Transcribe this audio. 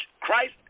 Christ